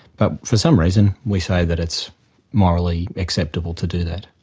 but for some reason we say that it's morally acceptable to do that.